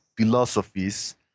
philosophies